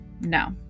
No